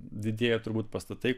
didėja turbūt pastatai